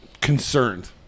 concerned